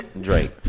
Drake